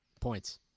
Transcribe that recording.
Points